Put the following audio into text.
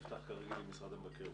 נפתח כרגיל במשרד המבקר.